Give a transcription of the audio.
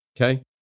Okay